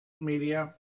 media